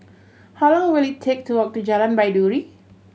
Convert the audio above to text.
how long will it take to walk to Jalan Baiduri